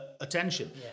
attention